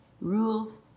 rules